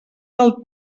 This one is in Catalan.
del